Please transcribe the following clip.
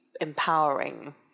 empowering